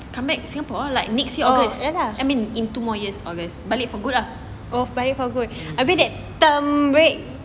come back singapore lah like next year august I mean in two more year but late for good lah